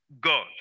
god